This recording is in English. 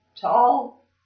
tall